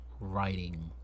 writing